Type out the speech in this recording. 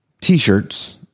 T-shirts